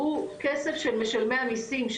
הוא כסף של משלמי המיסים,